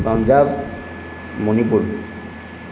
Punjab Manipur